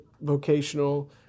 vocational